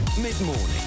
Mid-morning